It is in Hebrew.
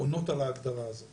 עונות על ההגדרה הזאת